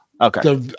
Okay